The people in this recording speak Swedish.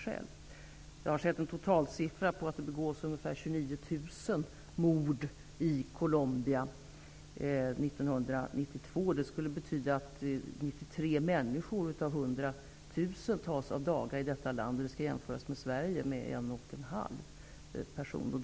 Jag har sett en siffra på att det begicks ca 29 000 mord i Colombia 1992. Det skulle betyda att 93 människor av 100 000 tas av daga där, vilket kan jämföras med ca 1,5 person av 100 000 i Sverige.